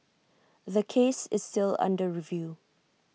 the case is still under review